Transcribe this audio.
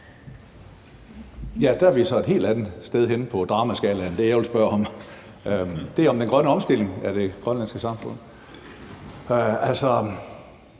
Nu er vi så et helt andet sted henne på dramaskalaen med det, jeg vil spørge om. Det handler om den grønne omstilling af det grønlandske samfund. I